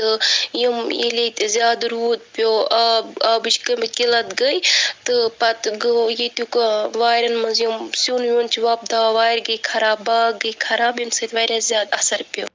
تہٕ یم ییٚتہِ زیادٕ روٗد پٮ۪و آب آبٕچ کمی قٕلعت گٔیہِ تہٕ پَتہٕ گوٚو ییٚتیُک آب واریَن منٛز یِم سِیُن وُن چھِ وۅپداوان وارِ گٔیہِ خَراب باغ گٔے خَراب ییٚمہِ سٍتۍ وارِیاہ زیادٕ اَثَر پٮ۪و